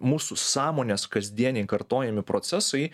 mūsų sąmonės kasdieniai kartojami procesai